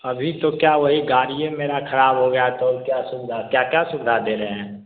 अभी तो क्या वही गाड़ी यह मेरी ख़राब हो गई तो अब क्या सुविधा क्या क्या सुविधा दे रहे हैं